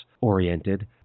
oriented